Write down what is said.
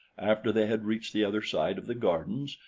after they had reached the other side of the gardens,